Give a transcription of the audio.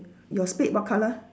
your spade what colour